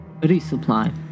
resupply